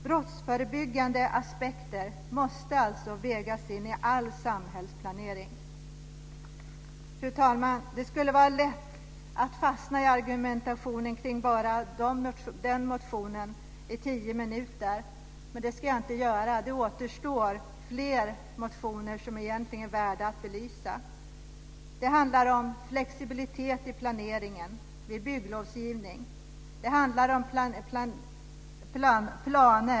Brottsförebyggande aspekter måste alltså vägas in i all samhällsplanering. Fru talman! Det skulle vara lätt att fastna i argumentationen kring den motionen i tio minuter, men det ska jag inte göra. Det återstår fler motioner som är värda att belysa. Det handlar om flexibilitet i planeringen, vid bygglovsgivning och planhantering.